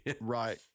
right